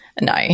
No